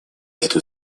эту